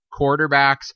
quarterbacks